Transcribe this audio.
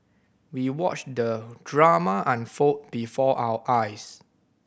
we watched the drama unfold before our eyes